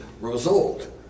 result